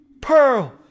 Pearl